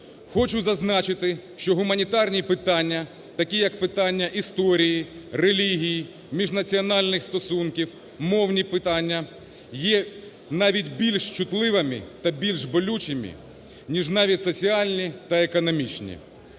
Хочу зазначити, що гуманітарні питання, такі, як питання історії, релігії, міжнаціональний стосунків, мовні питання, є навіть більш чутливими та більш болючими ніж навіть соціальні та економічні.